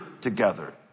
together